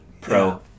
pro